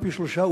ופי-שלושה,